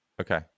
Okay